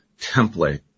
template